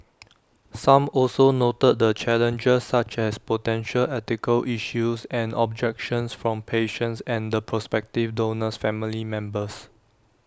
some also noted the challenges such as potential ethical issues and objections from patients and the prospective donor's family members